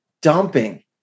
dumping